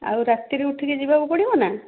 ଆଉ ରାତିରୁ ଉଠିକି ଯିବାକୁ ପଡ଼ିବ ନା